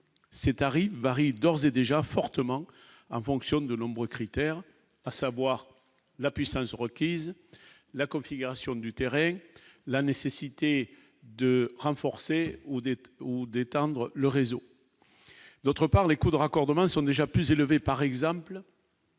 c'est Harry varie d'ores et déjà fortement en fonction de nombreux critères, à savoir la puissance requise la configuration du terrain, la nécessité de renforcer ou Odette ou d'étendre le réseau d'autre part, les coûts de raccordement sont déjà plus élevés par exemple.